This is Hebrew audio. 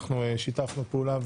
אנחנו שיתפנו פעולה.